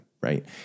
Right